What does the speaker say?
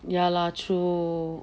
ya lor true